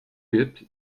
gibt